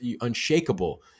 unshakable